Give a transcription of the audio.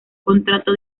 contrato